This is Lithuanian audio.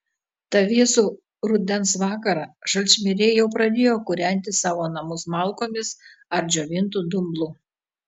tą vėsų rudens vakarą šalčmiriai jau pradėjo kūrenti savo namus malkomis ar džiovintu dumblu